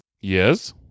yes